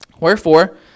Wherefore